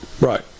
right